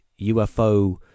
UFO